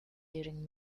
during